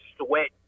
sweat